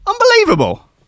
Unbelievable